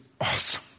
awesome